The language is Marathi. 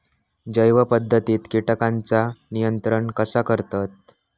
जैव पध्दतीत किटकांचा नियंत्रण कसा करतत?